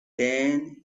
then